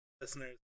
listeners